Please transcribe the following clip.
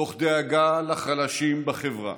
תוך דאגה לחלשים בחברה,